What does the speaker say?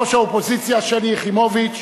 ראש האופוזיציה שלי יחימוביץ,